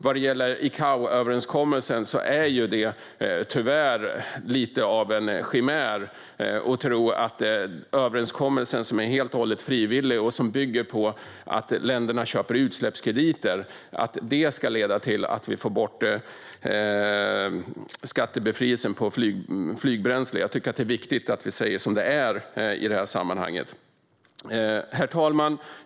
När det gäller ICAO-överenskommelsen är det tyvärr lite av en chimär att tro att överenskommelsen, som är helt och hållet frivillig och som bygger på att länderna köper utsläppskrediter, ska leda till att man får bort skattebefrielsen på flygbränsle. Jag tycker att det är viktigt att vi säger som det är i det här sammanhanget. Herr talman!